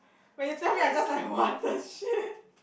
when you tell me I just like what the shit